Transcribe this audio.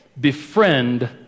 Befriend